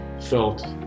felt